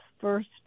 first